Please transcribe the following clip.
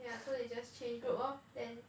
yeah so they just change group lor then